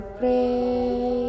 pray